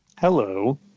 Hello